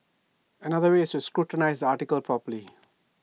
another way is to scrutinise the article properly